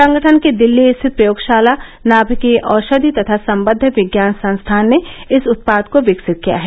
संगठन की दिल्ली स्थित प्रयोगशाला नामिकीय औषधि तथा संबद्व विज्ञान संस्थान ने इस उत्पाद को विकसित किया है